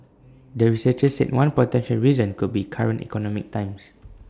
the researchers said one potential reason could be current economic times